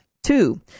Two